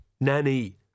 Nanny